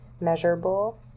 measurable